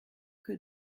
que